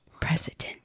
President